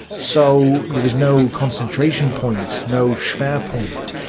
so there was no concentration point no schwerpunkt.